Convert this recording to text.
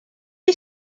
you